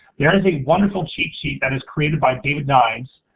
there is a wonderful cheat sheet that is created by david nines